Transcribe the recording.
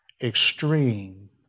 Extreme